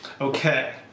Okay